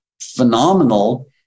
phenomenal